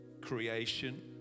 creation